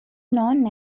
known